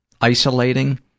isolating